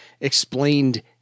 explained